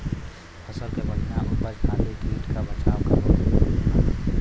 फसल के बढ़िया उपज खातिर कीट क बचाव बहुते जरूरी होला